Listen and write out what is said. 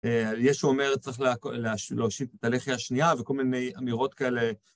ישו אומר, צריך להושיט את הלחי השנייה וכל מיני אמירות כאלה.